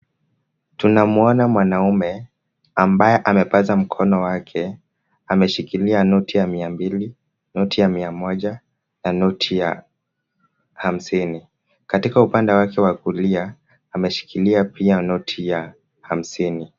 Tunamuona mwanamume, ambaye amepaza mkono wake, ameshikilia noti ya mia mbili, noti ya mia moja, na noti ya hamsini. Katika upande wake wa kulia, ameshikilia pia noti ya hamsini.